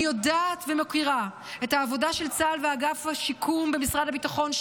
אני יודעת ומוקירה את העבודה של צה"ל ואגף השיקום במשרד הביטחון,